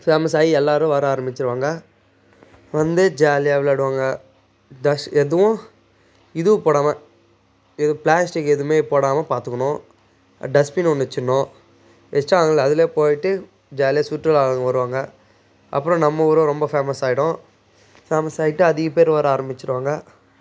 famous ஆகி எல்லோரும் வர ஆரம்மிச்சிருவாங்க வந்து ஜாலியாக விளையாடுவாங்க டஸ்ட் எதுவும் இதுவும் போடாமல் இது ப்ளாஸ்டிக் எதுவும் போடாமல் பார்த்துக்கணும் டஸ்ட்பின் ஒன்று வச்சிடணும் அதில் அதில் போய்ட்டு ஜாலியாக சுற்றுலா வருவாங்க அப்புறம் நம்ம ஊரும் ரொம்ப ஃபேமஸ் ஆகிடும் ஃபேமஸ் ஆகிட்டு அதிகம் பேர் வர ஆரம்பிச்சிடுவாங்க